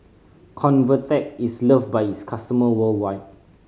Convatec is loved by its customer worldwide